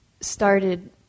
started